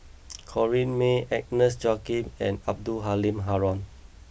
Corrinne May Agnes Joaquim and Abdul Halim Haron